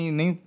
nem